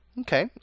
Okay